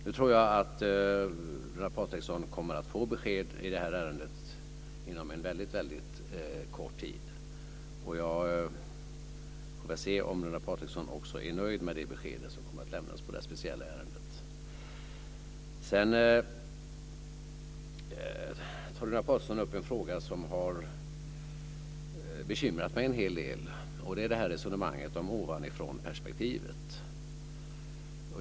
Nu tror jag att Runar Patriksson kommer att få besked i ärendet inom en väldigt kort tid. Jag får se om Runar Patriksson också är nöjd med det besked som kommer att lämnas i det speciella ärendet. Runar Patriksson tar upp en fråga som har bekymrat mig en hel del. Det är resonemanget om ovanifrånperspektivet.